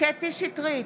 קטי קטרין שטרית,